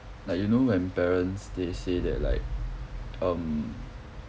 like you know when parents they say that like um